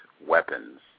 weapons